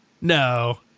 No